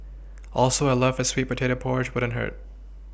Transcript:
also a love for sweet potato porridge wouldn't hurt